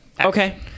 Okay